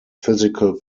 physical